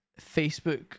Facebook